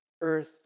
earth